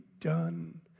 done